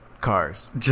cars